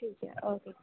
ਠੀਕ ਹੈ ਓਕੇ